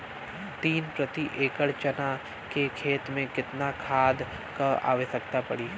तीन प्रति एकड़ चना के खेत मे कितना खाद क आवश्यकता पड़ी?